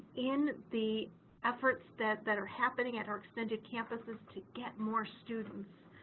in the efforts that that are happening at our extended campuses to get more students.